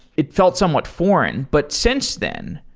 it felt somewhat foreign. but since then,